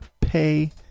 Pay